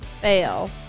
Fail